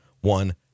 one